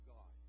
God